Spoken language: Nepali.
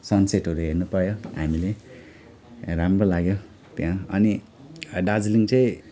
सन्सेटहरू हेर्नु पायौँ हामीले राम्रो लाग्यो त्यहाँ अनि दार्जिलिङ चाहिँ